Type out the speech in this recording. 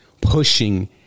pushing